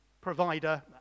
provider